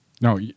No